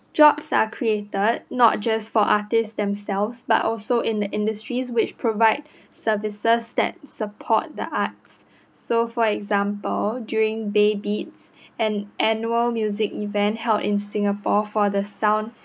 jobs are created not just for artists themselves but also in the industries which provide services that support the arts so for example during baybeats an annual music event held in singapore for the sound